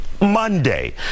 Monday